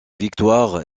victoire